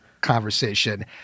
conversation